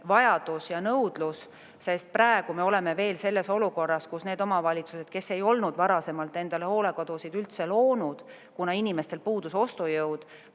vajadus ja nõudlus tasakaalustuvad – praegu me oleme veel olukorras, kus need omavalitsused, kes ei olnud seni endale hooldekodusid üldse loonud, kuna inimestel puudus ostujõud,